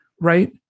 Right